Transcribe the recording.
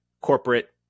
corporate